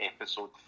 episode